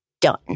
Done